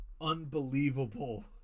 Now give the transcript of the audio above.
unbelievable